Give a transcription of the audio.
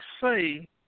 say